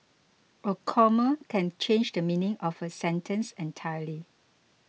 a comma can change the meaning of a sentence entirely